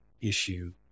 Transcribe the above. issue